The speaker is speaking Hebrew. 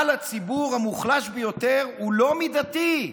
על הציבור המוחלש ביותר היא לא מידתית,